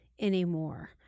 anymore